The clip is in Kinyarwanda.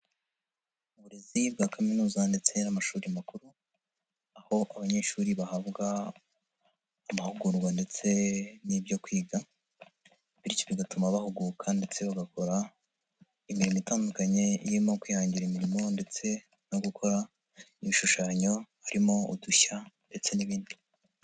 Uburezi bwa kaminuza ndetse n'amashuri makuru aho abanyeshuri bahabwa amahugurwa ndetse n'ibyo kwiga bityo bigatuma bahuguka ndetse bagakora imirimo itandukanye irimo kwihangira imirimo ndetse no gukora n'ibishushanyo harimo udushya ndetse n'ibindi.